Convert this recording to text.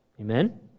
Amen